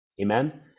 amen